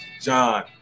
john